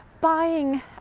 buying